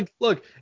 Look